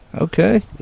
Okay